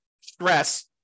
stress